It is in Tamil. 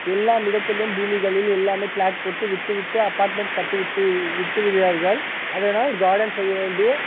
எல்லாம் இடத்திலும் பூமிகளில் எல்லாமே பிளாட் போட்டு வித்து விட்டு அப்பார்ட்மெண்ட்ஸ் கட்டி விட்டு விட்டு விடுவார்கள் அதனால் கார்டன் செய்ய வேண்டிய